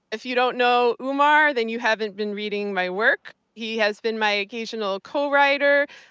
if you don't know umar, then you haven't been reading my work. he has been my occasional co-writer,